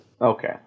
Okay